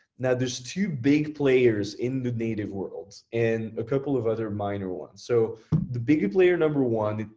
now there's two big players in the native worlds and a couple of other minor ones. so the biggest player number one,